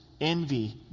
Envy